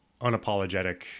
Unapologetic